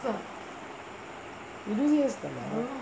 இருபது காசு தானா:irubathu kaasu thanaa